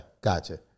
Gotcha